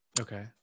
Okay